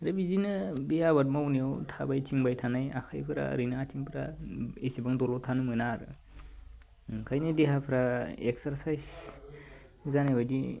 आरो बिदिनो बे आबाद मावनायाव थाबायथिंबाय थानाय आखायफोरा ओरैनो आथिंफोरा एसेबां दलर थानो मोना आरो ओंखायनो देहाफ्रा एकसारसाइस जानाय बायदि